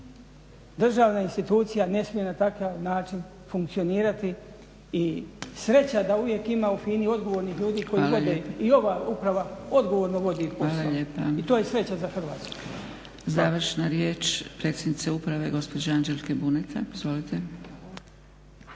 Državna institucija ne smije na takav način funkcionirati i sreća da uvijek ima u FINA-i odgovornih ljudi koji … i ova uprava odgovorno vodi posao i to je sreća za Hrvatsku. **Zgrebec, Dragica (SDP)** Hvala lijepa. Završna riječ, … gospođa Anđelka Buneta. Izvolite.